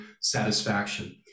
satisfaction